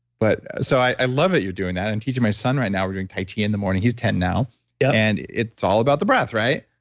but so, i love that you're doing that. i'm and teaching my son right now we're doing tai chi in the morning. he's ten now yeah and it's all about the breath, right?